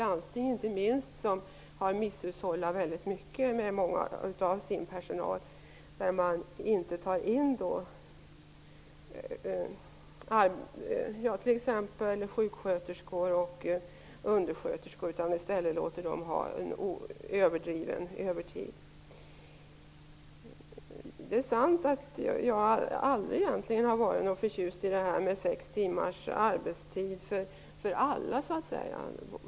Inte minst landstingen har misshushållat väldigt med många av sin personal, när de inte tar in t.ex. sjuksköterskor och undersköterskor utan i stället låter den personal de har arbeta övertid. Det är sant att jag egentligen aldrig har varit förtjust i sex timmars arbetsdag för alla.